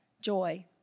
joy